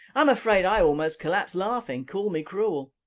um afraid i almost collapsed laughing, call me cruel!